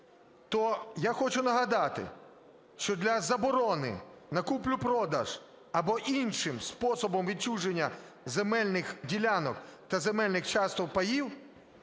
то я хочу нагадати, що для заборони на купівлю-продаж або іншим способом відчуження земельних ділянок та земельних часток (паїв),